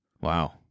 Wow